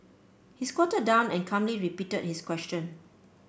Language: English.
he squatted down and calmly repeated his question